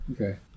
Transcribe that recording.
okay